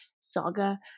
Saga